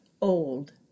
old